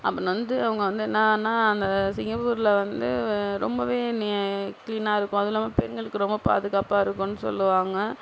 அப்புறம் வந்து அவங்க வந்து என்னன்னா அந்த சிங்கப்பூர்ல வந்து ரொம்பவே நீ கிளீனாக இருக்கும் அதுவும் இல்லாமல் பெண்களுக்கு ரொம்ப பாதுகாப்பாக இருக்கும்னு சொல்லுவாங்க